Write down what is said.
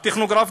הטכנוגרף,